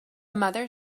mother